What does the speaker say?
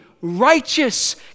righteous